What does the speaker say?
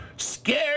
Scared